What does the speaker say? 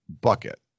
bucket